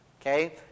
okay